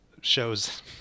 shows